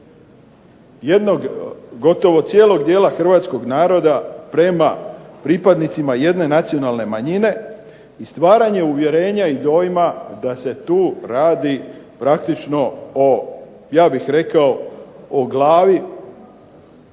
gotovo cijelog dijela hrvatskog naroda prema pripadnicima jedne nacionalne manjine i stvaranje uvjerenja i dojma da se tu radi praktično o, ja bih rekao, o glavi